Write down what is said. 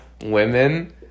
women